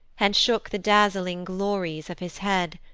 and shook the dazzling glories of his head,